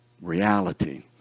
Reality